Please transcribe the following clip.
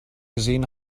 gesehen